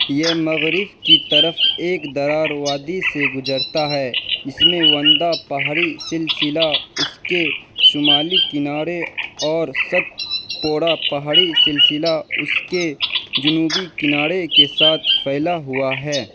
یہ مغرب کی طرف ایک درار وادی سے گزرتا ہے جس میں وندا پہاڑی سلسلہ اس کے شمالی کنارے اور ست پورہ پہاڑی سلسلہ اس کے جنوبی کنارے کے ساتھ پھیلا ہوا ہے